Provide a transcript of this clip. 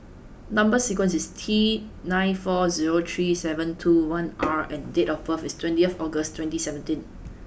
number sequence is T nine four zero three seven two one R and date of birth is twenty of August twenty seventeen